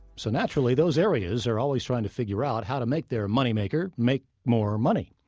so naturally, those areas are always trying to figure out how to make their moneymaker make more money.